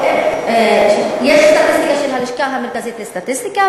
יש סטטיסטיקה של הלשכה המרכזית לסטטיסטיקה,